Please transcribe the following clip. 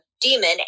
demon